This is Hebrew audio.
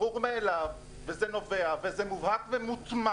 ברור מאליו וזה מובהק ומוטמע